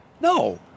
No